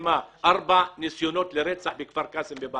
ארבעה ניסיונות לרצח בכפר קאסם.